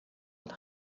und